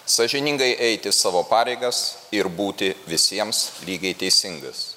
sąžiningai eiti savo pareigas ir būti visiems lygiai teisingas